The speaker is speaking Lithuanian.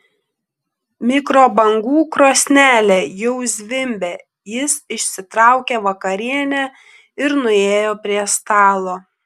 mikrobangų krosnelė jau zvimbė jis išsitraukė vakarienę ir nuėjo prie stalo